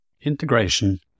integration